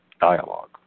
dialogue